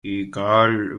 egal